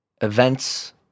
events